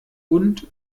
und